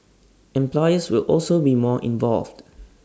employees will also be more involved